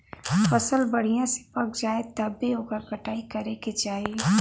फसल बढ़िया से पक जाये तब्बे ओकर कटाई करे के चाही